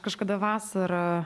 kažkada vasarą